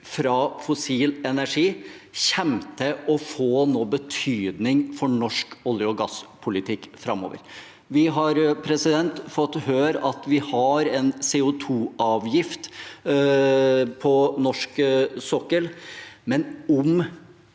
fra fossil energi, kommer til å få noen betydning for norsk olje- og gasspolitikk framover. Vi har fått høre at vi har en CO2-avgift på norsk sokkel,